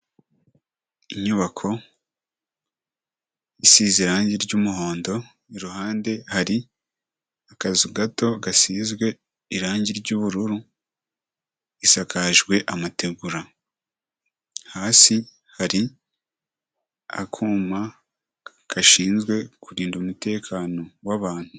Inyubako isize irangi ry'umuhondo, iruhande hari akazu gato gasizwe irangi ry'ubururu, isakajwe amategura. Hasi hari akuma kashinzwe kurinda umutekano w'abantu.